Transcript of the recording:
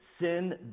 sin